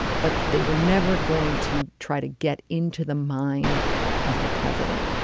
but they were never going to try to get into the mind of the president,